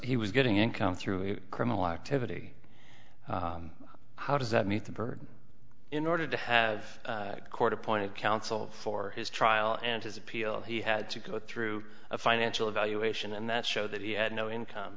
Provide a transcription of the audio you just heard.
he was getting income through a criminal activity how does that meet the burden in order to have a court appointed counsel for his trial and his appeal he had to go through a financial evaluation and that show that he had no income